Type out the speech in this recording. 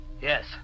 Yes